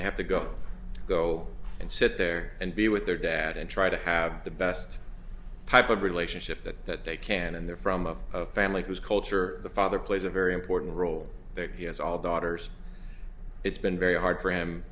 they have to go go and sit there and be with their dad and try to have the best type of relationship that they can and they're from of a family whose culture the father plays a very important role that he has all daughters it's been very hard for him